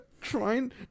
Trying